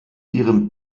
ihrem